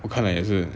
我看了也是